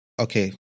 okay